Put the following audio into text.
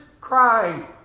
crying